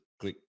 click